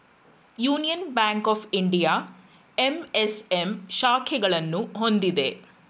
union bank of India MSM ಶಾಖೆಗಳನ್ನು ಹೊಂದಿದೆ